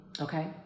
Okay